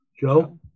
joe